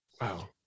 Wow